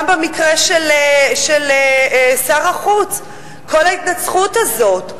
גם במקרה של שר החוץ, כל ההתנצחות הזאת.